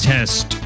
Test